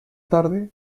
tarde